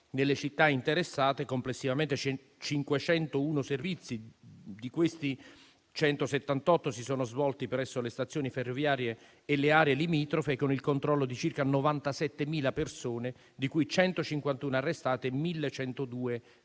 nelle città interessate complessivamente ben 501 servizi. Di questi, 178 si sono svolti presso le stazioni ferroviarie e le aree limitrofe, con il controllo di circa 97.000 persone, di cui 151 arrestate e 1.102 denunziate.